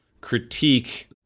critique